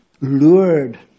lured